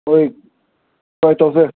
ꯍꯣꯏ ꯇ꯭ꯔꯥꯏ ꯇꯧꯁꯦ